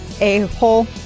a-hole